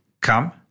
come